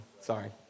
Sorry